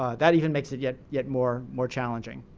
ah that even makes it yet yet more more challenging.